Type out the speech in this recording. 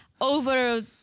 over